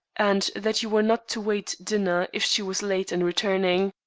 and that you were not to wait dinner if she was late in returning.